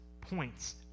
points